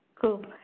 Cool